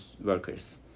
workers